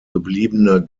gebliebene